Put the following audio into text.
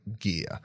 gear